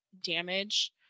damage